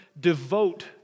devote